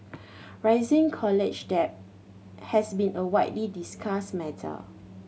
rising college debt has been a widely discussed matter